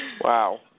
wow